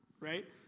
right